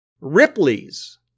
Ripley's